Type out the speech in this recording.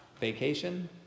Vacation